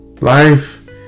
Life